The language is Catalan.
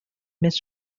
més